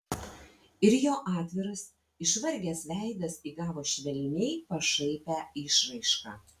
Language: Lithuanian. ir jo atviras išvargęs veidas įgavo švelniai pašaipią išraišką